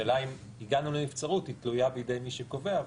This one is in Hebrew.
השאלה אם הגענו לנבצרות, היא תלויה בידי מי שקובע.